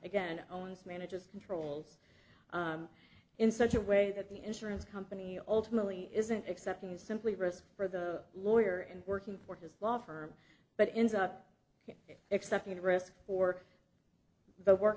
again owns manages controls in such a way that the insurance company ultimately isn't accepting is simply a risk for the lawyer and working for his law firm but ends up excepting the